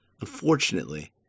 Unfortunately